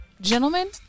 Gentlemen